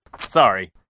Sorry